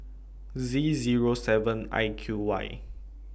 Z Zero seven I Q Y